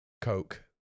coke